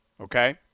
okay